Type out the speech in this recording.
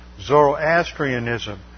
Zoroastrianism